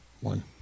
one